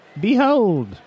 behold